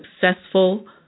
successful